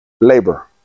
Labor